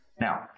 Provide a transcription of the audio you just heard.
Now